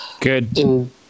Good